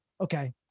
Okay